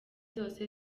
zose